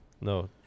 No